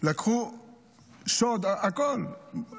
שוד הכול.